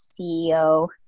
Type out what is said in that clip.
CEO